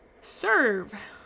serve